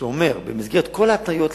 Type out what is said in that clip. שאומר שבמסגרת כל ההתניות לעסק,